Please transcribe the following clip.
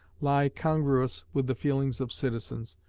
lie congruous with the feelings of citizens,